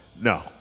No